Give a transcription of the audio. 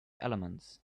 elements